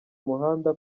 muhanda